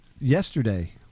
Yesterday